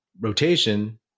rotation